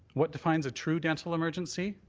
what defines a true dental emergency?